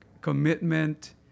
commitment